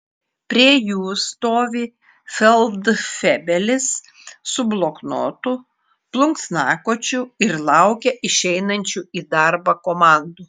prie jų stovi feldfebelis su bloknotu plunksnakočiu ir laukia išeinančių į darbą komandų